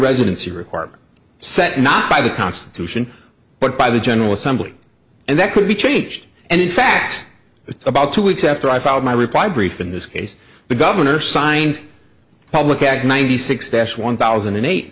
residency requirement set not by the constitution but by the general assembly and that could be changed and in fact about two weeks after i filed my reply brief in this case the governor signed a public act ninety six dash one thousand and